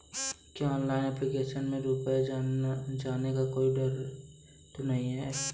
क्या online application में रुपया जाने का कोई डर तो नही है?